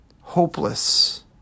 hopeless